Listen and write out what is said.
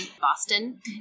Boston